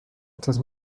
das